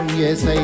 Yes